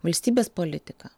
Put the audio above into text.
valstybės politika